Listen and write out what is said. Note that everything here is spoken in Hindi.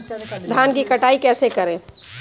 धान की कटाई कैसे करें?